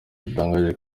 itangaje